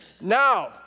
now